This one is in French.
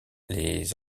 les